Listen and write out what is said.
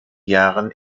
jahren